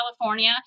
California